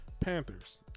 Panthers